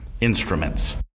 instruments